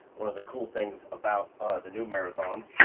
one of the cool things about the new marathons.